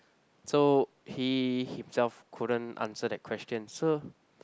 so he himself couldn't answer that question so